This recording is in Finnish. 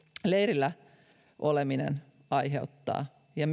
leirillä oleminen aiheuttaa ja